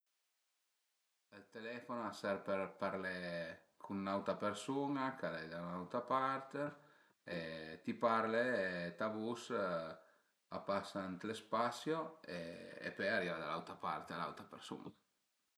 Ël telefono a serv për parlé cun n'autra përsun-a ch'al e da n'autra part e ti parle e ta vus a pasa ënt lë spasio e pöi ariva da l'autra part, a l'autra përsun-a